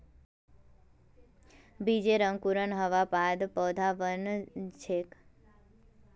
बीजेर अंकुरण हबार बाद पौधा बन छेक